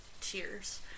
tears